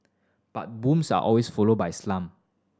but booms are always followed by slump